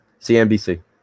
CNBC